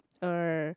uh